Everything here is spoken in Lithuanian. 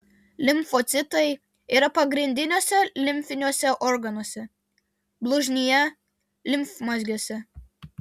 limfocitai yra pagrindiniuose limfiniuose organuose blužnyje limfmazgiuose